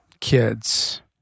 kids